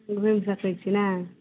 घुमि सकय छी नइ